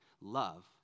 love